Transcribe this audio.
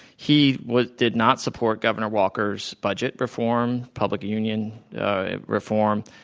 he was did not support governor walker's budget reform, public union reform,